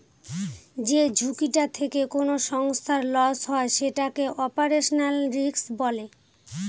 যে ঝুঁকিটা থেকে কোনো সংস্থার লস হয় সেটাকে অপারেশনাল রিস্ক বলে